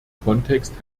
kontext